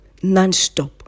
nonstop